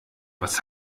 was